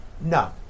No